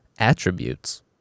attributes